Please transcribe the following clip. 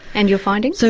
and your findings? so